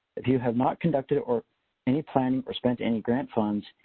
if you have not conducted or any planning or spent any grant funds,